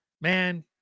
man